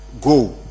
go